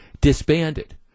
disbanded